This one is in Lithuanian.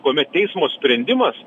kuomet teismo sprendimas